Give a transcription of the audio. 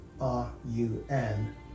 R-U-N